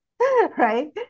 right